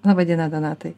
laba diena donatai